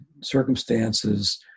circumstances